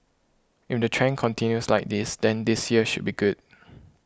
if the trend continues like this then this year should be good